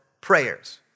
prayers